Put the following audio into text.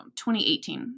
2018